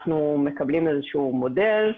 אנחנו מקבלים איזשהו מודל.